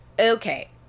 Okay